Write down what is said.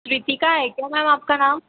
कृतिका है क्या मैंम आपका नाम